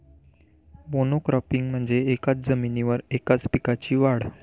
monocropping म्हणजे एकाच जमिनीवर एकाच पिकाची वाढ